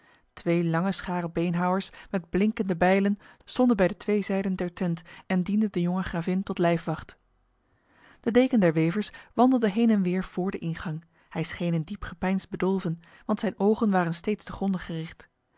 twee lange scharen beenhouwers met blinkende bijlen stonden bij de twee zijden der tent en dienden de jonge gravin tot lijfwacht de deken der wevers wandelde heen en weer vr de ingang hij scheen in diep gepeins bedolven want zijn ogen waren steeds te gronde gericht